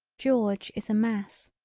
george is a mass.